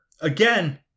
again